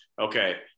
okay